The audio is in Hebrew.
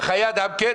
חיי אדם כן.